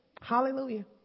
hallelujah